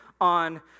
on